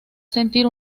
sentir